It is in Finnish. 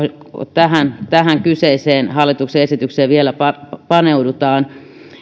tähän tähän kyseiseen hallituksen esitykseen vielä paneudutaan